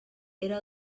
era